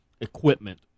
equipment